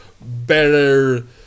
better